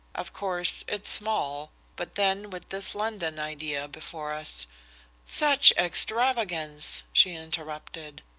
of course, it's small, but then with this london idea before us such extravagance! she interrupted.